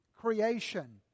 creation